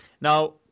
Now